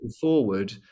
forward